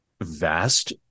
vast